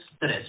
tres